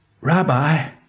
Rabbi